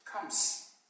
comes